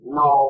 no